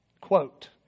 Quote